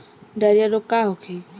Diarrhoea रोग का होखे?